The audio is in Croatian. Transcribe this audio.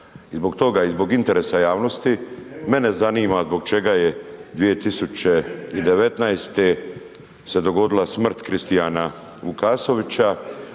zbog toga i zbog interesa javnosti, mene zanima zbog čega je 2019. se dogodila smrt Kristijana Vukasovića